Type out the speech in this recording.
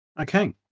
Okay